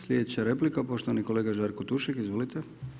Sljedeća replika poštovani kolega Žarko Tušek, izvolite.